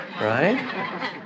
right